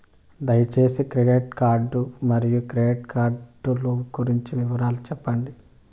దయసేసి credit card మరియు credit card లు గురించి వివరాలు సెప్పండి?